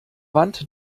wand